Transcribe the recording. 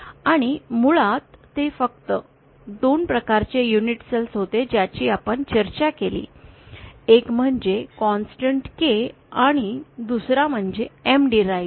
आणि मुळात ते फक्त 2 प्रकारचे युनिट सेल होते ज्याची आपण चर्चा केली एक म्हणजे कॉन्सेंटेंट K आणि दुसरा M डिराइव